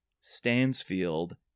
Stansfield